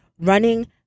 Running